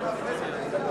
אתה מעוות את העיקר.